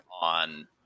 on